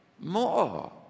More